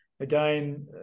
Again